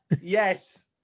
yes